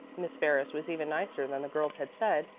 miss ferris was even nicer than the girls had said.